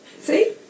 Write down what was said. See